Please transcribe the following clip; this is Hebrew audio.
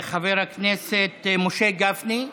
חבר הכנסת משה גפני,